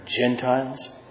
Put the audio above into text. Gentiles